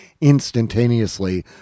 instantaneously